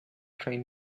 train